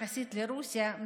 אחרי רוסיה,